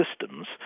systems